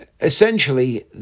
essentially